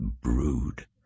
brood